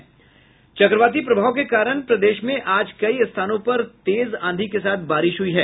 चक्रवाती प्रभाव के कारण प्रदेश में आज कई स्थानों पर तेज आंधी के साथ बारिश हुई है